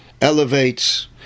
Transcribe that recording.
elevates